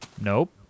Nope